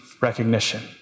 recognition